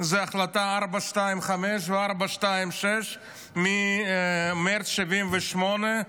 זה החלטה 425 ו-426 ממרץ 1978,